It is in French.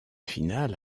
finale